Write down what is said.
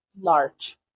large